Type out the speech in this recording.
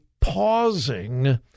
pausing